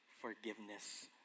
forgiveness